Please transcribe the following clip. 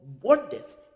wonders